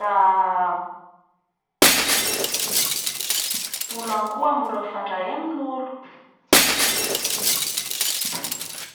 da ny olo agny koa mora mifandray amin'ny olo.